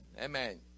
amen